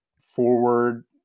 forward